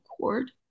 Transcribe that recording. cord